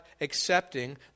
accepting